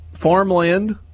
Farmland